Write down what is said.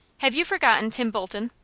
have you forgotten tim bolton?